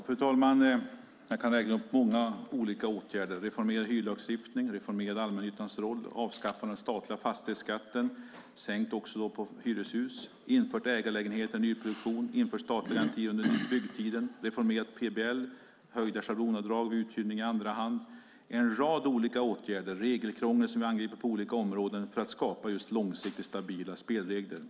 Fru talman! Jag kan räkna upp många olika åtgärder. Vi har reformerat hyreslagstiftningen, reformerat allmännyttans roll, avskaffat statlig fastighetsskatt - sänkt också på hyreshus, infört ägarlägenheter i nyproduktion, infört statlig garanti under byggtiden, reformerat PBL, höjt schablonavdragen vid uthyrning i andra hand och angripit regelkrångel på olika områden - allt för att skapa långsiktigt stabila spelregler.